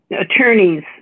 attorneys